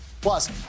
Plus